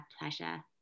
pleasure